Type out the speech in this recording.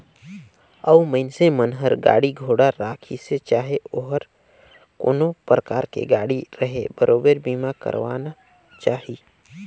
अउ मइनसे मन हर गाड़ी घोड़ा राखिसे चाहे ओहर कोनो परकार के गाड़ी रहें बरोबर बीमा करवाना चाही